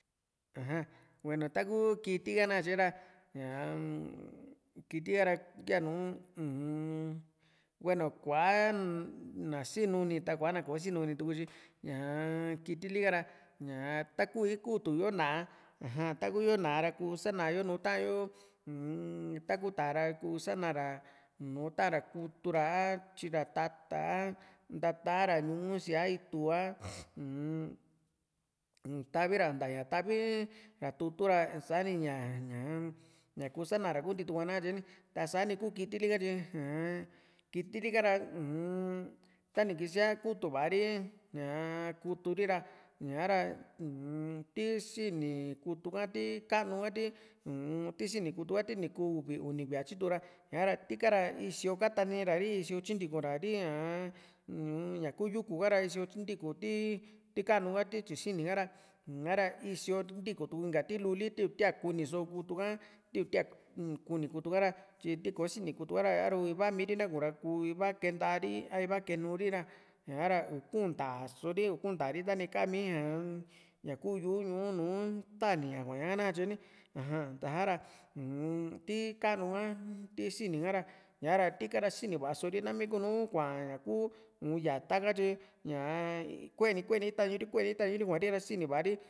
aja hueno taku kiti na katye ra ñaa-m kiti ha ra uun hueo kua na sinuni kuana kò´o sinuni tutyi ñaa kitili ka ra ñaa taku ii kutu yo ná´a aja taku yo ná´a ra kusana yo nùù taa´yo uun taku tá´a ra ku sana ra nu ta´an ra kutu ra a tyira tata a ntatara ñu´ú síaa itu a uun tavi ra ntaya ta´vi ra tutun ra sani ña ña´a ña kuu sanara kuntii tu´a nikatye ni tasa ni kuu kiti li ka uu kitili ka ra uun tani kisia ri kutuva ri ñaa kuturi ra ña´ra uu ti sini kutu ka ti kanu ka ti u´un ti sini kutu ka ti ni kuu uvi uni kuía tyitu ra ña´ra tika ra í´sio katani ra ri í´sio tyintikura ri ña nmña kuu yuku ka ra isio ntiku ti ti kanu ka tui tyi sinika ra ha´ra í´sio ntiku tu inka ti luli ti itiaka kuni so kutu a ti itia kunu kutu ka´ra tyi ti kò´o sini kutu ka ra a´ru iva miri na kuu ra ku iva kee ntaari a va kee´nu ri ra ña´ra ni ku ntaaso ri ni kuu ntaari tani ka mii ña ña ku yu´u ñu´ú nu taniña kuaña ka nakatye ni aja ta´ra un ti kanu ka tisini ka ña´ra tika ra sini va´aso ri nami kunu kuaa ña kuu nu´u yata ka tyi ñaa kueni kueni itañuri kue itañuri ra sini va´a ri